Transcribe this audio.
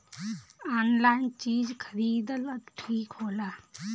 Online चीज खरीदल ठिक होला?